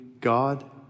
God